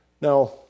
Now